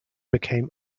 became